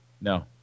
No